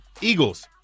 Eagles